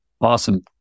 Awesome